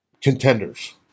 contenders